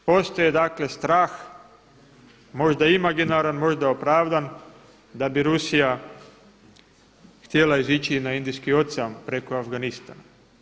Postoji dakle strah možda imaginaran, možda opravdan da bi Rusija htjela izići i na Indijski ocean preko Afganistana.